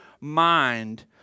mind